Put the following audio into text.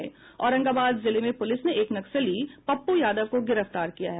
औरंगाबाद जिले में पूलिस ने एक नक्सली पप्पू यादव को गिरफ्तार किया है